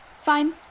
Fine